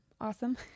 awesome